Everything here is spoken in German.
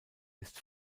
ist